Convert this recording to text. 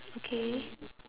okay